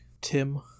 Tim